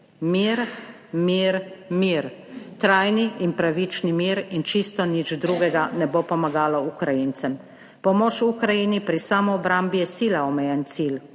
Mir, mir, mir, trajni in pravični mir in čisto nič drugega ne bo pomagalo Ukrajincem. Pomoč Ukrajini pri samoobrambi je sila omejen cilj.